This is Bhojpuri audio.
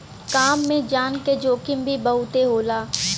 काम में जान के जोखिम भी बहुते होला